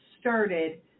started